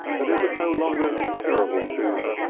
but it was no longer terrible to her,